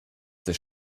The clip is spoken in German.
des